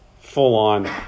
full-on